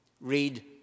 Read